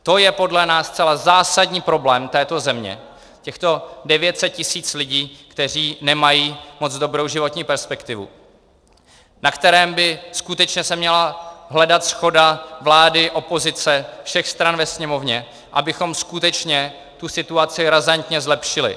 To je podle nás zcela zásadní problém této země, těchto 900 tisíc lidí, kteří nemají moc dobrou životní perspektivu, na kterém by se skutečně měla hledat shoda vlády, opozice, všech stran ve Sněmovně, abychom skutečně tu situaci razantně zlepšili.